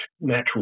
natural